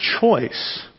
choice